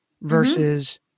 versus